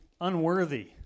unworthy